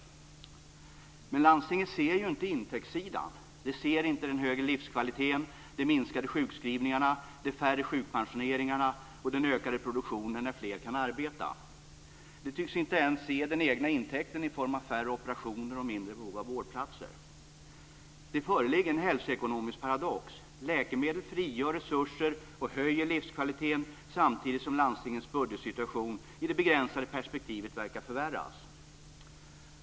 Men landstingen ser ju inte intäktssidan. De ser inte den högre livskvaliteten, de minskade sjukskrivningarna, de färre sjukpensioneringarna och den ökade produktionen när fler kan arbeta. De tycks inte ens se den egna intäkten i form av färre operationer och mindre behov av vårdplatser. Det föreligger en hälsoekonomisk paradox. Läkemedlen frigör resurser och höjer livskvaliteten samtidigt som landstingens budgetsituation i det begränsade perspektivet verkar förvärras.